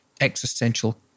existential